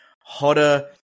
hotter